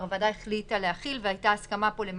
שהוועדה כבר החליטה להחיל עליהם והייתה הסכמה לגביהם,